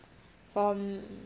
from